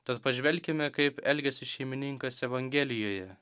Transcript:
tad pažvelkime kaip elgiasi šeimininkas evangelijoje